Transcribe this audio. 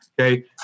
Okay